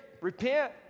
repent